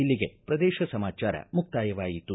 ಇಲ್ಲಿಗೆ ಪ್ರದೇಶ ಸಮಾಚಾರ ಮುಕ್ತಾಯವಾಯಿತು